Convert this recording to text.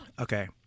Okay